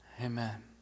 Amen